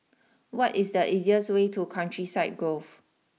what is the easiest way to Countryside Grove